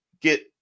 get –